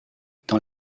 dans